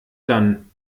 dann